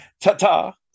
Ta-ta